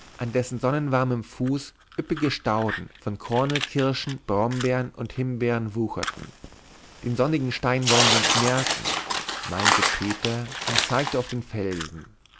an dessen sonnenwarmem fuß üppige stauden von kornelkirschen brombeeren und himbeeren wucherten den sonnigen stein wollen wir uns merken meinte peter und zeigte auf den felsen